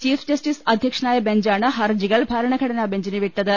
chief justice അധ്യക്ഷനായ ബെഞ്ചാണ് ഹർജികൾ ഭരണഘടനാ ബെഞ്ചിന് വിട്ടത്